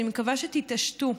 אני מקווה שתתעשתו,